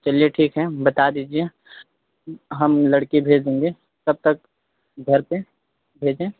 चलिए ठीक है बता दीजिए हम लड़के भेज देंगे तब तक घर पर भेजें